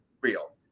real